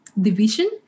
division